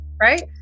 right